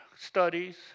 studies